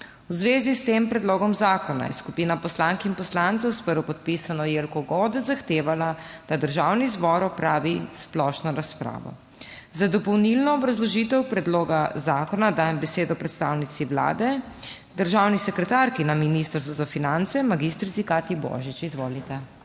V zvezi s tem predlogom zakona je skupina poslank in poslancev s prvopodpisano Jelko Godec zahtevala, da Državni zbor opravi splošno razpravo. Za dopolnilno obrazložitev predloga zakona dajem besedo predstavnici Vlade, državni sekretarki na Ministrstvu za finance, magistrici Katji Božič. Izvolite.